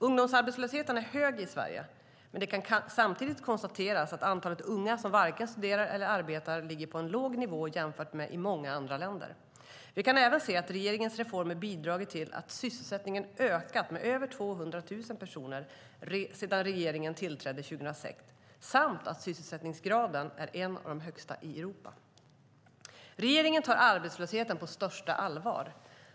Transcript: Ungdomsarbetslösheten är hög i Sverige, men det kan samtidigt konstateras att antalet unga som varken studerar eller arbetar ligger på en låg nivå jämfört med många andra länder. Vi kan även se att regeringens reformer har bidragit till att sysselsättningen ökat med över 200 000 personer sedan regeringen tillträdde 2006 samt att sysselsättningsgraden är en av de högsta i Europa. Regeringen tar arbetslösheten på största allvar.